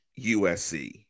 USC